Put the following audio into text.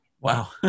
Wow